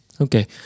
Okay